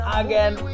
again